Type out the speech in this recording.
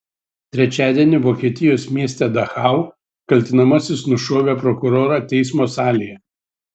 trečiadienį vokietijos mieste dachau kaltinamasis nušovė prokurorą teismo salėje